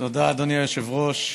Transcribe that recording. תודה, אדוני היושב-ראש.